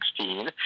2016